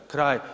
Kraj.